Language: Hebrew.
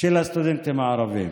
של הסטודנטים הערבים